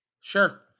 Sure